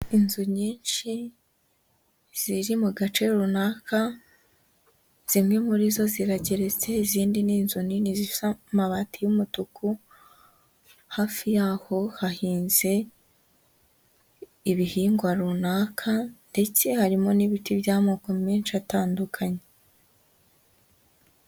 Inzu nyinshi, ziri mu gace runaka, zimwe muri zo zirageretse, izindi ni inzu nini zisa amabati y'umutuku, hafi yaho hahinze ibihingwa runaka, ndetse harimo n'ibiti by'amoko menshi atandukanye.